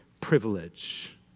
privilege